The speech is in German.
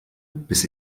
bis